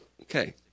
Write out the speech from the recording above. Okay